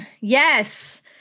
Yes